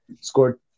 scored